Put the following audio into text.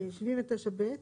79 ב'.